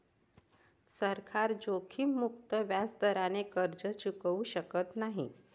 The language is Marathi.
सरकार जोखीममुक्त व्याजदराने कर्ज चुकवू शकत नाही